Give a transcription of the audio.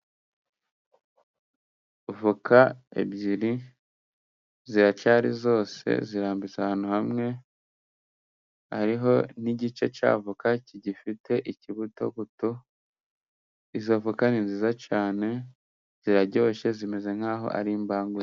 Avoka ebyiri ziracyari zose, zirambitse ahantu hamwe. Hari n'igice cya avoka kigifite ikibutobuto. Izo voka ni nziza cyane ziraryoshye zimeze nkaho ari imbangu...